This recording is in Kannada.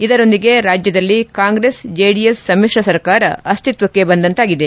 ಇದರೊಂದಿಗೆ ರಾಜ್ಯದಲ್ಲಿ ಕಾಂಗ್ರೆಸ್ ಜೆಡಿಎಸ್ ಸಮಿಶ್ರ ಸರ್ಕಾರ ಅಸ್ತಿತ್ವಕ್ಕೆ ಬಂದಂತಾಗಿದೆ